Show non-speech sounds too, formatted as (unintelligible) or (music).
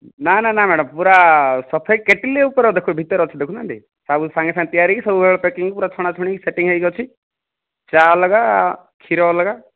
ନା ନା ନା ମ୍ୟାଡ଼ାମ୍ ପୁରା ସଫାଇ କେଟିଲ୍ ଉପରେ (unintelligible) ଭିତରେ ଅଛି ଦେଖୁନାହାନ୍ତି ସବୁ ସାଙ୍ଗେସାଙ୍ଗେ ତିଆରି ହେଇକି ସବୁବେଳେ ପ୍ୟାକିଂ (unintelligible) ପୁରା ଛଣାଛଣି ହେଇକି ସେଟିଂ ହେଇକି ଅଛି ଚା' ଅଲଗା କ୍ଷୀର ଅଲଗା